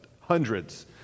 Hundreds